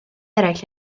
eraill